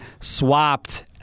swapped